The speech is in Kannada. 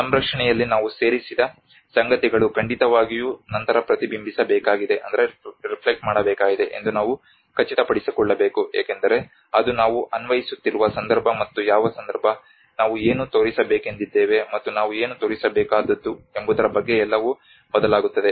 ಸಂರಕ್ಷಣೆಯಲ್ಲಿ ನಾವು ಸೇರಿಸಿದ ಸಂಗತಿಗಗಳು ಖಂಡಿತವಾಗಿಯೂ ನಂತರ ಪ್ರತಿಬಿಂಬಿಸಬೇಕಾಗಿದೆ ಎಂದು ನಾವು ಖಚಿತಪಡಿಸಿಕೊಳ್ಳಬೇಕು ಏಕೆಂದರೆ ಅದು ನಾವು ಅನ್ವಯಿಸುತ್ತಿರುವ ಸಂದರ್ಭ ಮತ್ತು ಯಾವ ಸಂದರ್ಭ ನಾವು ಏನು ತೋರಿಸಬೇಕೆಂದಿದ್ದೇವೆ ಮತ್ತು ನಾವು ಏನು ತೋರಿಸಬೇಕಾದದ್ದು ಎಂಬುದರ ಬಗ್ಗೆ ಎಲ್ಲವೂ ಬದಲಾಗುತ್ತದೆ